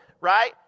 right